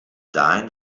dahin